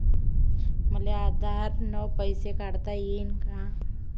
मले आधार न पैसे काढता येईन का?